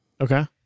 Okay